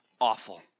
awful